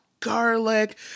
garlic